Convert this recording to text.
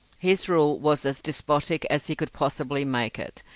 his rule was as despotic as he could possibly make it.